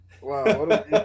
Wow